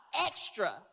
extra